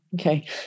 okay